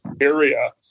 area